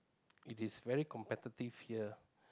it is very competitive here